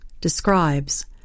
describes